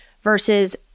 versus